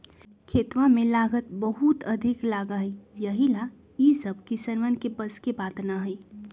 खेतवा में लागत बहुत अधिक लगा हई यही ला ई सब किसनवन के बस के बात ना हई